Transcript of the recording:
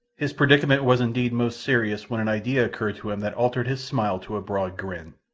his predicament was indeed most serious when an idea occurred to him that altered his smile to a broad grin.